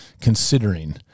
considering